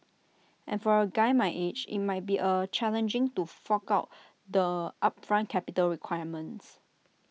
and for A guy my age IT might be A challenging to fork out the upfront capital requirements